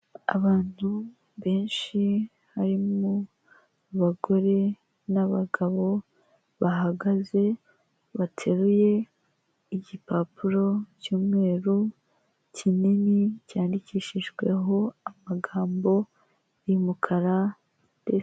Abantu benshi harimo abagore n'abagabo bahagaze, bateruye igipapuro cy'umweru kinini cyandikishijweho amagambo y'umukara.